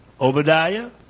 Obadiah